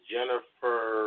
Jennifer